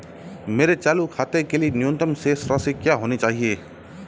मेरे चालू खाते के लिए न्यूनतम शेष राशि क्या होनी चाहिए?